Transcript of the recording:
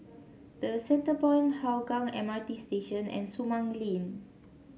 The Centrepoint Hougang M R T Station and Sumang Link